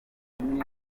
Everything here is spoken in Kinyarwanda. nkunda